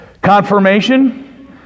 confirmation